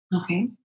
Okay